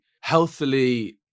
healthily